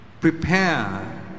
prepare